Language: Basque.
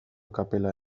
kapela